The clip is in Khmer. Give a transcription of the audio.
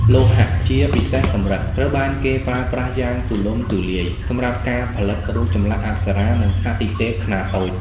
លោហៈ ជាពិសេសសំរិទ្ធ ត្រូវបានគេប្រើប្រាស់យ៉ាងទូលំទូលាយ សម្រាប់ការផលិតរូបចម្លាក់អប្សរា និងអាទិទេពខ្នាតតូច។